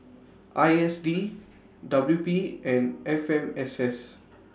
I S D W P and F M S S